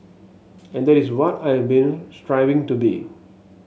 and that is what I have been striving to be